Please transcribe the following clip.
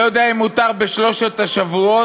לא יודע אם מותר בשלושת השבועות